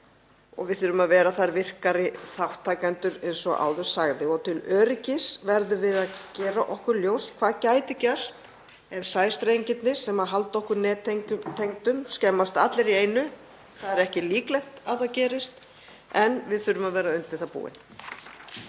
við þurfum að vera virkari þátttakendur, eins og áður sagði. Til öryggis verðum við að gera okkur ljóst hvað gæti gerst ef sæstrengirnir, sem halda okkur nettengdum, skemmast allir í einu. Það er ekki líklegt að það gerist en við þurfum að vera undir það búin.